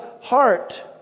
heart